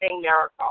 miracle